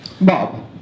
Bob